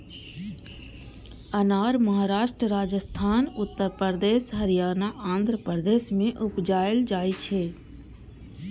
अनार महाराष्ट्र, राजस्थान, उत्तर प्रदेश, हरियाणा, आंध्र प्रदेश मे उपजाएल जाइ छै